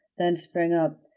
then sprang up,